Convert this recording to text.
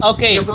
Okay